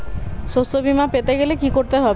শষ্যবীমা পেতে গেলে কি করতে হবে?